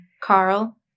Carl